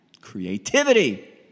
Creativity